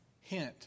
Hint